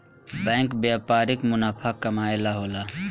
bank व्यापारिक मुनाफा कमाए ला होला